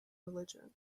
religion